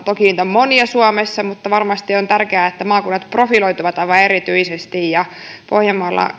toki niitä on monia suomessa mutta varmasti on tärkeää että maakunnat profiloituvat aivan erityisesti ja